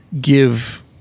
Give